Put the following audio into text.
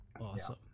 Awesome